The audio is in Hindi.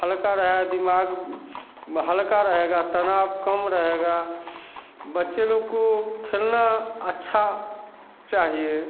हल्का रहे दिमाग हल्का रहेगा तनाव कम रहेगा बच्चे लोग को खेलना अच्छा चाहिए